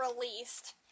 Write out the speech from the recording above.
released